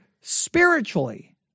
spiritually